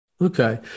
Okay